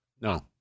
No